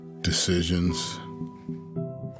decisions